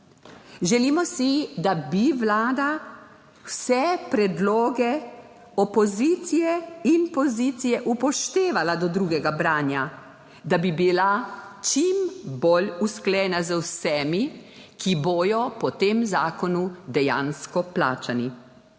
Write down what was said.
Želimo si, da bi Vlada vse predloge opozicije in pozicije upoštevala do drugega branja, da bi bila čim bolj usklajena z vsemi, ki bodo po tem zakonu dejansko plačani.